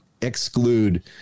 exclude